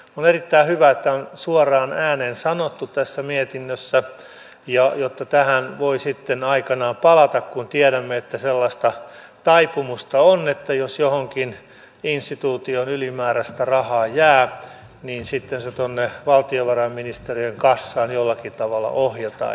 on erittäin hyvä että on suoraan ääneen sanottu tässä mietinnössä jotta tähän voi sitten aikanaan palata kun tiedämme että sellaista taipumusta on että jos johonkin instituutioon ylimääräistä rahaa jää niin sitten se tuonne valtiovarainministeriön kassaan jollakin tavalla ohjataan